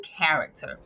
character